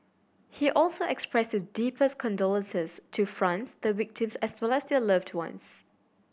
he also expressed his deepest condolences to France the victims as well as their loved ones